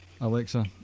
Alexa